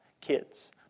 kids